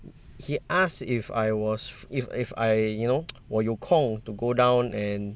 he asked if I was if if I you know 我有空 to go down and